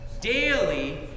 daily